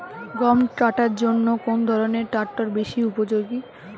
গম কাটার জন্য কোন ধরণের ট্রাক্টর বেশি উপযোগী?